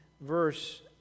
verse